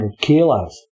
kilos